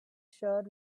shirt